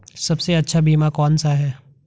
सबसे अच्छा बीमा कौन सा है?